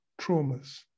traumas